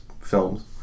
films